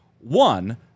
One